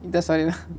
இந்தா:inthaa sorry lah